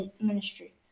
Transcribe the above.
ministry